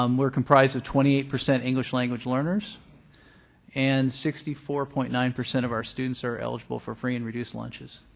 um we're comprised of twenty eight percent english language learners and sixty four point nine percent of our students are eligible for free and reduced lunches.